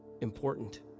important